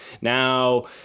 Now